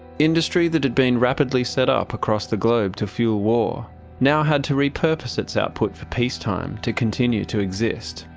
industry that had been rapidly set up across the globe to fuel war now had to re-purpose its output for peacetime to continue to exist,